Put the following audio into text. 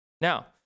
Now